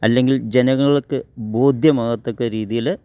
അല്ലെങ്കിൽ ജനങ്ങൾക്ക് ബോധ്യമാകത്തക്ക രീതിയിൽ